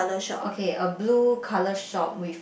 okay a blue colour shop with